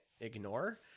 ignore